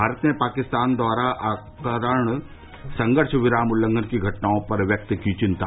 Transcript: भारत ने पाकिस्तान द्वारा अकारण संघर्ष विराम उल्लंघन की घटनाओं पर व्यक्त की चिंता